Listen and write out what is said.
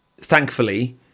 thankfully